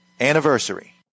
anniversary